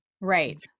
Right